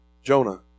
Jonah